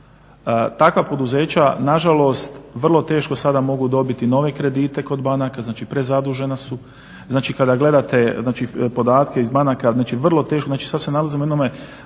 Takva poduzeća na žalost vrlo teško sada mogu dobiti nove kredite kod banaka, znači prezadužena su. Znači kada gledate znači podatke iz banaka, znači vrlo teško. Znači sad se nalazimo u jednome